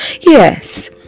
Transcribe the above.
yes